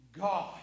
God